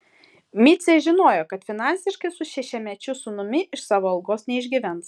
micė žinojo kad finansiškai su šešiamečiu sūnumi iš savo algos neišgyvens